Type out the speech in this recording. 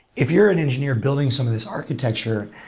if you're an engineer building some of these architecture,